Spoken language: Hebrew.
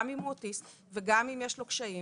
גם אם הוא אוטיסט וגם אם יש לו קשיים